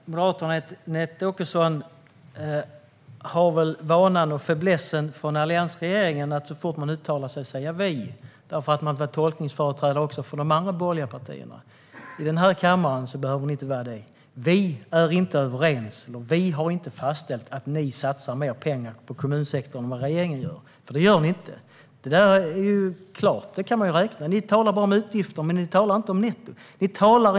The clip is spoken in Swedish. Herr talman! Moderaterna och Anette Åkesson har väl vanan och fäblessen från alliansregeringen att så fort de uttalar sig säga vi, därför att de hade tolkningsföreträde även för de andra borgerliga partierna. I den här kammaren behöver ni inte göra det. Vi är inte överens. Och vi har inte fastställt att ni satsar mer pengar på kommunsektorn än vad regeringen gör, för det gör ni inte. Det kan man räkna ut. Ni talar bara om utgifter, men ni talar inte om nettot.